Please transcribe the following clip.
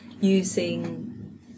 using